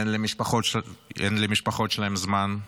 אין למשפחות שלהם זמן,